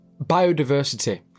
Biodiversity